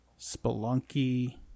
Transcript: Spelunky